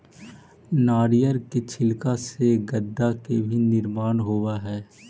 नारियर के छिलका से गद्दा के भी निर्माण होवऽ हई